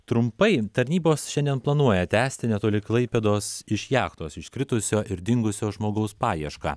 trumpai tarnybos šiandien planuoja tęsti netoli klaipėdos iš jachtos iškritusio ir dingusio žmogaus paiešką